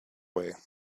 way